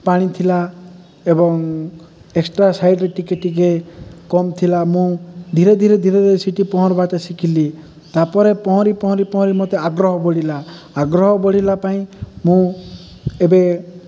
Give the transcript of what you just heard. ପାଣି ଥିଲା ଏବଂ ଏକ୍ସଟ୍ରା ସାଇଡ଼ରେ ଟିକେ ଟିକେ କମ୍ ଥିଲା ମୁଁ ଧୀରେ ଧୀରେ ଧୀରେ ଧୀରେ ସେଇଠି ପହଁରିବାଟା ଶିଖିଲି ତାପରେ ପହଁରି ପହଁରି ପହଁରି ମୋତେ ଆଗ୍ରହ ବଢ଼ିଲା ଆଗ୍ରହ ବଢ଼ିଲା ପାଇଁ ମୁଁ ଏବେ